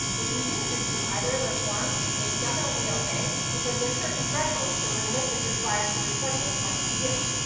if you didn't receive either of those forms, it's definitely okay, because there's certain thresholds for when lyft is required to report those forms to you.